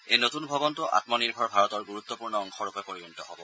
এই নতুন ভৱনটো আমনিৰ্ভৰ ভাৰতৰ গুৰুত্পূৰ্ণ অংশৰূপে পৰিগণিত হ'ব